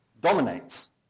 dominates